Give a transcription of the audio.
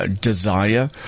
desire